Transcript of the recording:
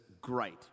great